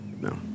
No